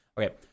Okay